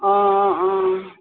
অ অ